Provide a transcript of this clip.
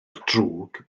drwg